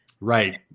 Right